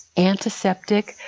antiseptic,